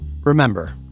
Remember